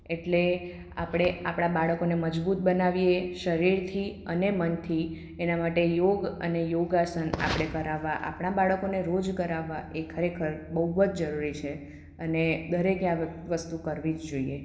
એટલે આપણે આપણાં બાળકને મજબૂત બનાવીએ શરીરથી અને મનથી એના માટે યોગ અને યોગાસન આપણે કરાવવા આપણાં બાળકોને રોજ કરાવવા એ ખરેખર બહુ જ જરૂરી છે અને દરેકે આ વસ્તુ કરવી જ જોઈએ